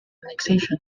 annexation